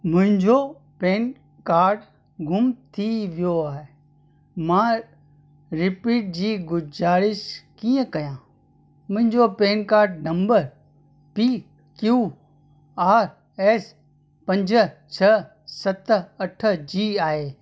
मुंहिंजो PAN card ग़ुम थी वियो आहे मां रीपिट जी गुज़ारिश कीअं कयां मुंहिंजो PAN card number P Q R S पंज छह सत अठ जी आहे